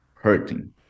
hurting